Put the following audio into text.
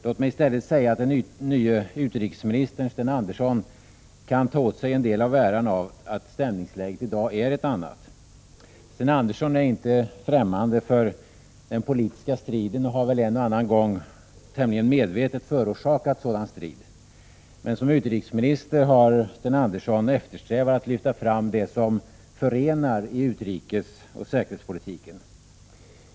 Låt mig i stället säga att den nye utrikesministern, Sten Andersson, kan ta åt sig en del av äran av att stämningsläget i dag är ett annat. Sten Andersson är inte fftämmande för den politiska striden och har väl en och annan gång tämligen medvetet förorsakat sådan strid. Men som utrikesminister har Sten Andersson eftersträvat att lyfta fram det som förenar i utrikesoch säkerhetspolitiken.